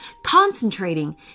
Concentrating